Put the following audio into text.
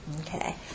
Okay